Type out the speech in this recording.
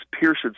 pierced